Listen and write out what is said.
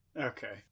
Okay